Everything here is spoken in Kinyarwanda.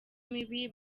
mibi